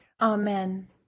Amen